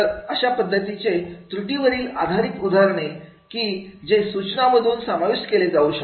तर अशा पद्धतीचे त्रुटीवरील आधारित उदाहरणे की जे सूचना मधून समाविष्ट केले जाऊ शकता